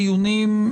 בדיונים,